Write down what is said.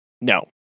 No